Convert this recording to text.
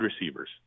receivers